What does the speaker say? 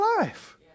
life